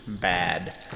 bad